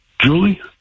Julie